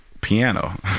piano